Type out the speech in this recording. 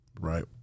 Right